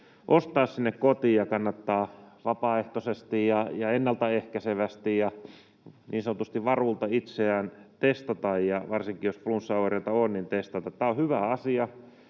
ostaa sinne kotiin ja kannattaa vapaaehtoisesti ja ennaltaehkäisevästi ja niin sanotusti varulta itseään testata, ja varsinkin jos flunssaoireita on. Tämä on hyvä asia,